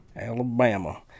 Alabama